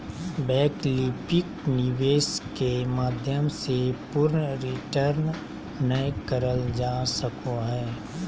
वैकल्पिक निवेश के माध्यम से पूर्ण रिटर्न नय करल जा सको हय